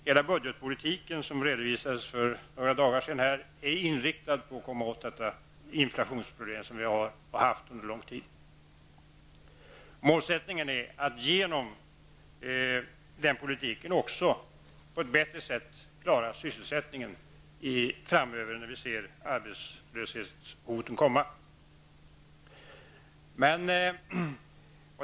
Hela budgetpolitiken, som här redovisades för några dagar sedan, är inriktad på att komma till rätta med de inflationsproblem som vi har och under lång tid har haft. Målsättningen är att genom den ekonomiska politiken också på ett bättre sätt framöver klara sysselsättningen, när vi ser arbetslöshetshoten komma.